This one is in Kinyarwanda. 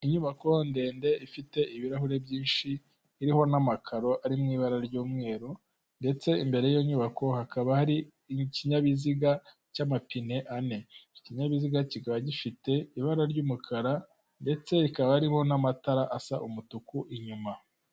Inyubako ndende ifite ibirahuri byinshi iriho n'amakaro ari mu ibara ry'umweru ndetse imbere y'iyo nyubako hakaba hari ikinyabiziga cy'amapine ane, iki kinyabiziga kikaba gifite ibara ry'umukara ndetse hakaba hariho n'amatara asa umutuku inyuma.